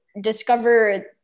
discover